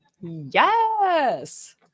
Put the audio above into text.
yes